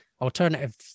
alternative